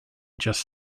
just